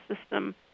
system